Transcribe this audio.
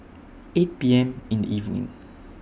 eight P M in evening